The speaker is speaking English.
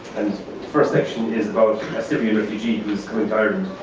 and the first section is about a syrian refugee who's coming